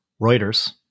Reuters